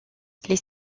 les